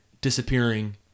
disappearing